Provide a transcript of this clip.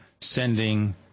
sending